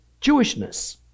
Jewishness